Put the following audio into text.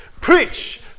preach